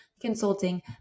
consulting